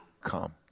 come